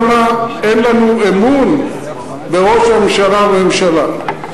למה אין לנו אמון בראש הממשלה ובממשלה.